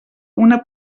una